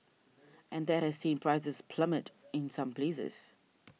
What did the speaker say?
and that has seen prices plummet in some places